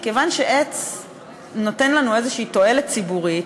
מכיוון שעץ נותן לנו איזו תועלת ציבורית,